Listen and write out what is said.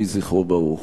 יהי זכרו ברוך.